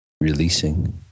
releasing